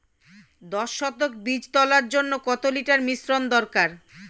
দশ শতক বীজ তলার জন্য কত লিটার মিশ্রন দরকার?